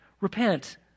Repent